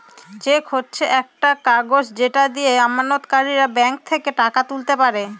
check হচ্ছে একটা কাগজ যেটা দিয়ে আমানতকারীরা ব্যাঙ্ক থেকে টাকা তুলতে পারে